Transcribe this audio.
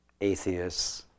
atheists